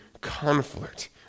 conflict